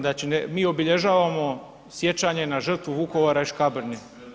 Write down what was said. Znači mi obilježavamo sjećanje na žrtvu Vukovara i Škabrnje.